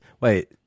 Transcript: Wait